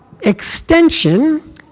extension